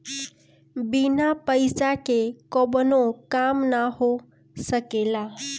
बिना पईसा के कवनो भी काम ना हो सकेला